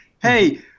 Hey